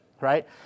right